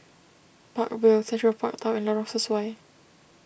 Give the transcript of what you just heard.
Park Vale Central Park Tower and Lorong Sesuai